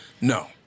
No